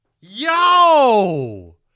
Yo